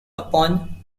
upon